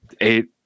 eight